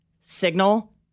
signal